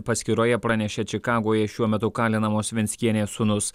paskyroje pranešė čikagoje šiuo metu kalinamos venckienės sūnus